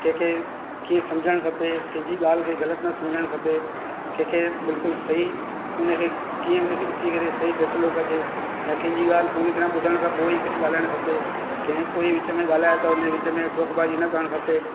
कंहिंखे कीअं सम्झाइणनि खपे कंहिंजी ॻाल्हि खे ग़लति न सम्झणु खपे कंहिंखे बिल्कुल सही हुनखे कीअं हुनखे ॾिसी करे सही फैसलो कजे या कंहिंजी ॻाल्हि पूरी तराह ॿुधण खपे पोइ ई कुझु ॻाल्हाइणो खपे कंहिं कोई विच में ॻाल्हाइ त हुनखे विच में टोक बाज़ी न करणु खपे